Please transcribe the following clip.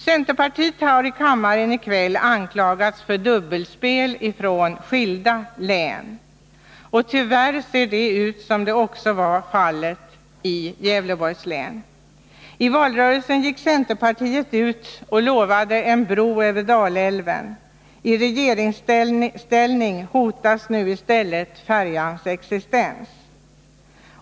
Centerpartiet har här i kammaren i kväll anklagats från skilda län för dubbelspel. Tyvärr ser det ut som så också var fallet i Gävleborgs län. I valrörelsen gick centerpartiet ut och lovade en bro över Dalälven. I regeringsställning hotas nu i stället färjans existens.